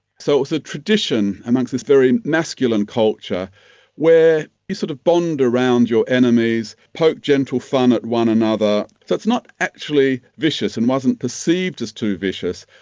so it was a tradition amongst this very masculine culture where you sort of bond around your enemies, poke gentle fun at one another. so it's not actually vicious and wasn't perceived as too vicious.